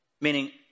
meaning